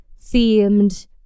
themed